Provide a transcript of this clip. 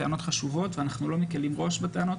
הן טענות חשובות ואנחנו לא מקלים ראש בטענות